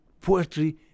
poetry